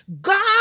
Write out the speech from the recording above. God